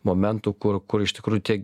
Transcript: momentų kur kur iš tikrųjų tiek